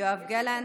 יואב גלנט,